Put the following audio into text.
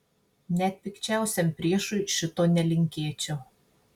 net pikčiausiam priešui šito nelinkėčiau